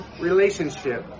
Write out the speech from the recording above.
relationship